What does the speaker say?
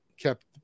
kept